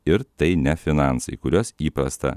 ir tai ne finansai kuriuos įprasta